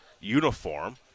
uniform